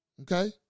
Okay